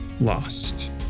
lost